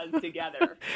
together